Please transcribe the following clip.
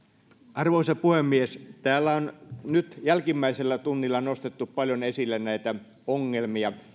arvoisa puhemies täällä on nyt jälkimmäisellä tunnilla nostettu paljon esille näitä ongelmia